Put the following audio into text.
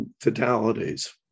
fatalities